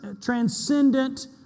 transcendent